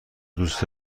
دوست